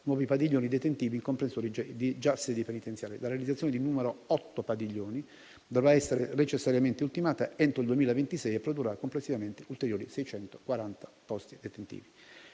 nuovi padiglioni detentivi in comprensori già sedi penitenziarie. La realizzazione di 8 padiglioni dovrà essere necessariamente ultimata entro l'anno 2026 e produrrà, complessivamente, ulteriori 640 posti detentivi.